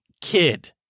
Kid